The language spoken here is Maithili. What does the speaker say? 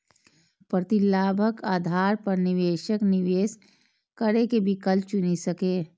प्रतिलाभक आधार पर निवेशक निवेश करै के विकल्प चुनि सकैए